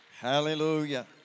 Hallelujah